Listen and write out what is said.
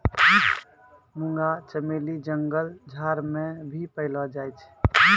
मुंगा चमेली जंगल झाड़ मे भी पैलो जाय छै